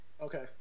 Okay